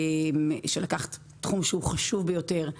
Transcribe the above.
שלקחת תחום חשוב ביותר,